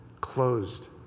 closed